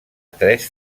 tres